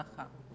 תודה רבה.